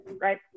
right